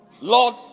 Lord